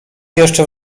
jeszcze